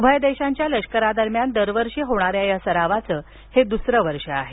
उभय देशांच्या लष्करादरम्यान दरवर्षी होणाऱ्या या सरावाचे हे द्सरे वर्ष आहे